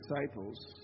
disciples